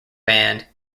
band